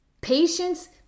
Patience